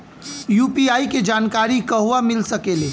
UPI के जानकारी कहवा मिल सकेले?